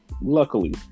Luckily